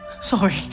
Sorry